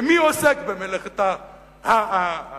ומי עוסק במלאכת ההתרפסות,